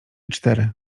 cztery